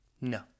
No